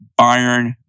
Bayern